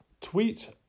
tweet